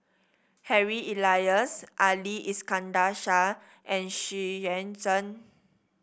Harry Elias Ali Iskandar Shah and Xu Yuan Zhen